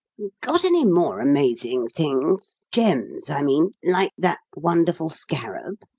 got any more amazing things gems, i mean like that wonderful scarab?